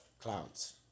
clouds